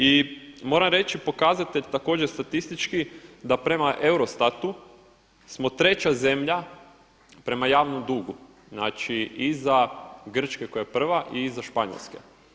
I moram reći pokazatelj također statistički da prema Eurostatu smo treća zemlja prema javnom dugu, znači iza Grčke koja je prva i iza Španjolske.